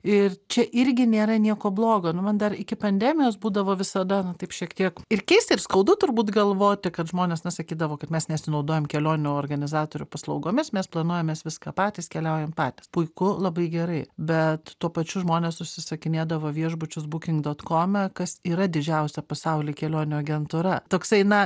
ir čia irgi nėra nieko blogo nu man dar iki pandemijos būdavo visada na taip šiek tiek ir keista ir skaudu turbūt galvoti kad žmonės na sakydavo kad mes nesinaudojam kelionių organizatorių paslaugomis mes planuojamės viską patys keliaujam patys puiku labai gerai bet tuo pačiu žmonės užsisakinėdavo viešbučius buking dot kome kas yra didžiausia pasauly kelionių agentūra toksai na